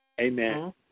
Amen